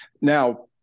Now